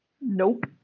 Nope